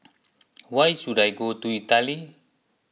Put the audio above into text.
where should I go in Italy